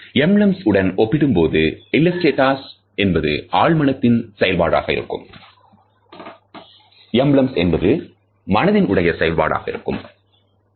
emblems உடன் ஒப்பிடும்போது இல்லஸ்டேட்டஸ் என்பது ஆழ்மனத்தின் செயல்பாடாகும் எம்பிளம்ஸ் என்பது மனதின் உடைய செயல்பாடாகும் பார்க்கப்படுகிறது